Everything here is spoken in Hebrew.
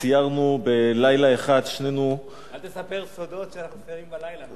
סיירנו בלילה אחד שנינו אל תספר סודות שאנחנו מסיירים בלילה.